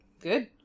good